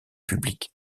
publique